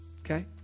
Okay